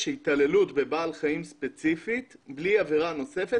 התעללות בבעל חיים ספציפית בלי עבירה נוספת,